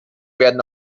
werden